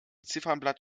ziffernblatt